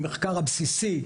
המחקר הבסיסי,